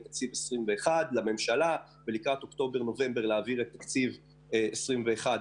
תקציב 2021 לממשלה ואז לקראת אוקטובר להעביר את התקציב בכנסת.